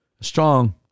Strong